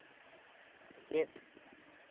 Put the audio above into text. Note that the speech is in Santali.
ᱥᱮᱪᱮᱫ